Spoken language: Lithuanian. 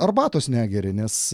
arbatos negeri nes